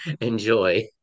Enjoy